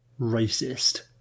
racist